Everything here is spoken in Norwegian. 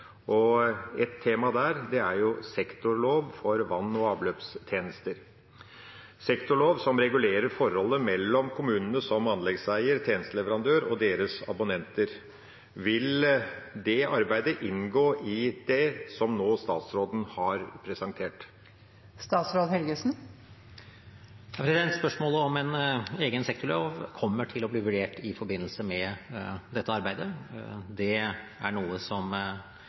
og bygningsloven. Et tema der er jo en sektorlov for vann- og avløpstjenester, en sektorlov som regulerer forholdet mellom kommunene som anleggseier og tjenesteleverandør og deres abonnenter. Vil det arbeidet inngå i det som statsråden nå har presentert? Spørsmålet om en egen sektorlov kommer til å bli vurdert i forbindelse med dette arbeidet. Det er noe som